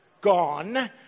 gone